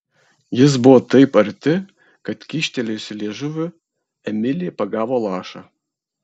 jis buvo taip arti kad kyštelėjusi liežuvį emilė pagavo lašą